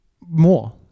More